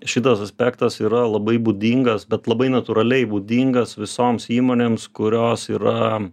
šitas aspektas yra labai būdingas bet labai natūraliai būdingas visoms įmonėms kurios yra